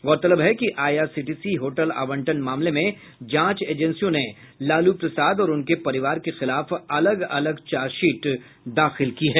गौरतलब है कि आईआरसीटीसी होटल आवंटन मामले में जांच एजेंसियों ने लालू प्रसाद और उनके परिवार के खिलाफ अलग अलग चार्जशीट दाखिल की है